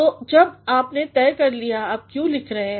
तो जब आपने तय कर लिया है आप क्यों लिख रहे हैं